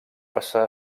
passar